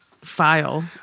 file